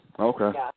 Okay